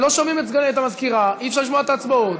לא שומעים את המזכירה, אי-אפשר לשמוע את ההצבעות.